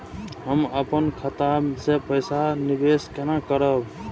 हम अपन खाता से पैसा निवेश केना करब?